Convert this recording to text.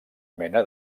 mena